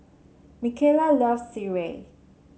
Micayla loves Sireh